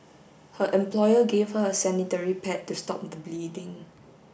her employer gave her a sanitary pad to stop the bleeding